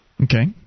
Okay